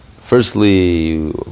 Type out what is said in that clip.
Firstly